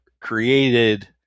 created